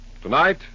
Tonight